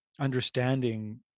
understanding